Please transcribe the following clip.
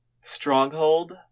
stronghold